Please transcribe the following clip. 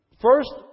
First